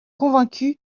convaincus